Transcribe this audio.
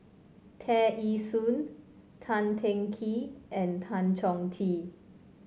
Tear Ee Soon Tan Teng Kee and Tan Chong Tee